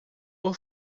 por